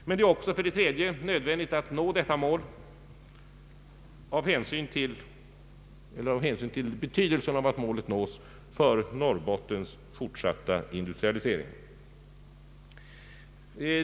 Men det är vidare nödvändigt att nå detta mål med hänsyn till betydelsen av Norrbottens fortsatta industrialisering.